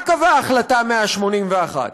מה קבעה החלטה 181?